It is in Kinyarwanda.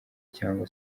cyangwa